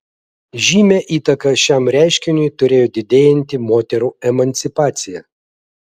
žymią įtaką šiam reiškiniui turėjo didėjanti moterų emancipacija